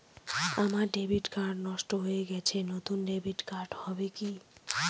আমার debit card নষ্ট হয়ে গেছে নূতন ডেবিট কার্ড হবে কি?